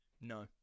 No